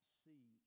see